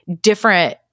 different